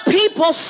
people